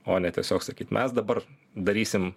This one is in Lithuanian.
o ne tiesiog sakyt mes dabar darysim